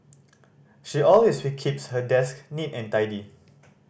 she always keeps her desk neat and tidy